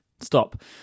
stop